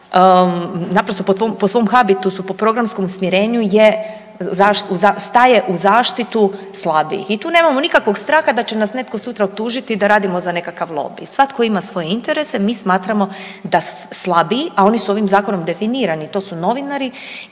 naprosto po svom habitusu, po programskom usmjerenju staje u zaštitu slabijih i tu nemamo nikakvog straha da će nas netko sutra optužiti da radimo za nekakav lobi. Svatko ima svoje interese. Mi smatramo da slabiji, a oni su ovim zakonom definirani. To su novinari